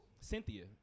Cynthia